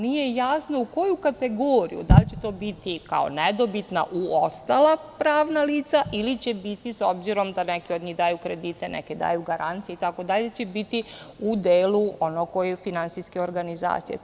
Nije jasno u koju kategoriju, da li će to biti kao nedobitna, u ostala pravna lica, ili će biti, s obzirom da neki od njih daju kredite, neki daju garancije, itd, će biti u delu onog gde su finansijske organizacije?